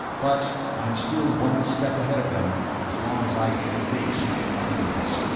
but i'm still one step ahead of them, as long as i can erase my own memories.